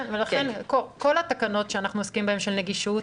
כל תקנות הנגישות,